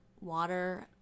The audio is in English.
water